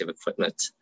equipment